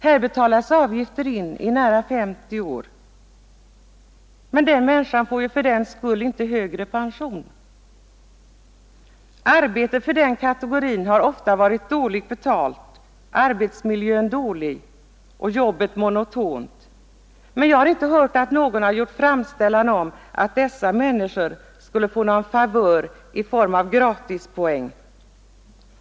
Här betalas avgifter in i nära 50 år, men den människan får ju för den skull inte högre pension. Arbetet för denna kategori har ofta varit dåligt betalt, arbetsmiljön dålig och jobbet monotont, men jag har inte hört att någon har gjort framställning om att dessa människor skulle få någon favör i form av gratispoäng.